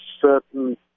certain